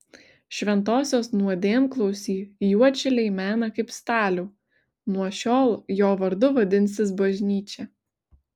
šventosios nuodėmklausį juodšiliai mena kaip stalių nuo šiol jo vardu vadinsis bažnyčia